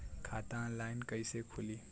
खाता ऑनलाइन कइसे खुली?